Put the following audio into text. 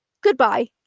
goodbye